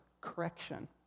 correction